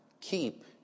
keep